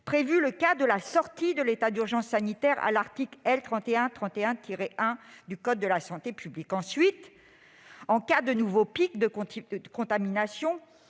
prévu le cas de la sortie de l'état d'urgence sanitaire, à l'article L. 3131-1 du code de la santé publique. Ensuite, en cas de nouveau pic de contamination,